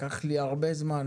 לקח לי הרבה זמן